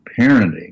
parenting